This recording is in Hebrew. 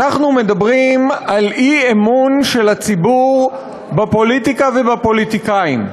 אנחנו מדברים על אי-אמון של הציבור בפוליטיקה ובפוליטיקאים,